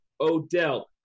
Odell